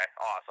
awesome